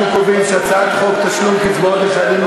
אנחנו קובעים שהצעת חוק תשלום קצבאות לחיילי